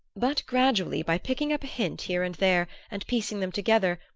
but gradually, by picking up a hint here and there, and piecing them together,